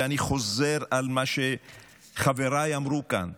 ואני חוזר על מה שחבריי אמרו כאן,